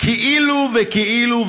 כאילו וכאילו,